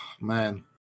Man